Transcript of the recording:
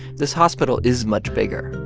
this hospital is much bigger,